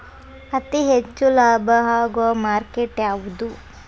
ಅತಿ ಹೆಚ್ಚು ಲಾಭ ಆಗುವ ಮಾರ್ಕೆಟ್ ಯಾವುದು?